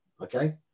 okay